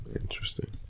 Interesting